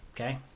okay